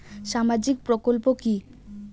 সামাজিক প্রকল্প কি?